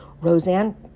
Roseanne